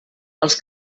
els